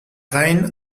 gain